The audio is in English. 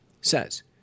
says